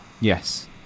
Yes